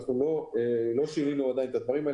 אנחנו לא שינינו את הדברים,